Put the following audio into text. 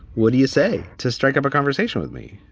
what do you say? to strike up a conversation with me?